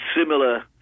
similar